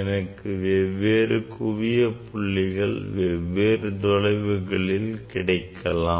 எனக்கு வெவ்வேறு குவிய புள்ளிகள் வெவ்வேறு தொலைவுகளில் கிடைக்கலாம்